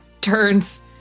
turns